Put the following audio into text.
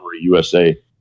USA